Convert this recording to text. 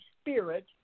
Spirit